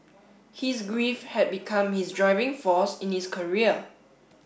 his grief had become his driving force in his career